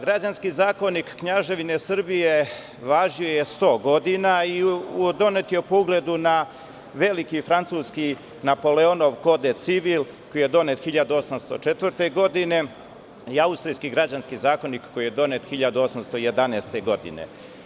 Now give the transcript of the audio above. Građanski zakonik Knjaževine Srbije važio je sto godina, donet je po ugledu na veliki francuski, Napoleonov code civil koji je donet 1804. godine, i austrijski Građanski zakonik, koji je donet 1811. godine.